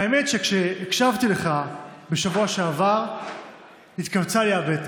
האמת שכשהקשבתי לך בשבוע שעבר התכווצה לי הבטן,